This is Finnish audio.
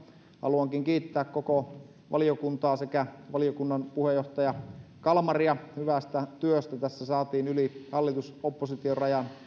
haluankin kiittää koko valiokuntaa sekä valiokunnan puheenjohtaja kalmaria hyvästä työstä tässä saatiin yli hallitus oppositio rajan